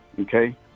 okay